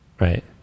Right